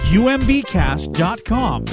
umbcast.com